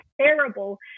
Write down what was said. terrible